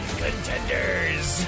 contenders